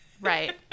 Right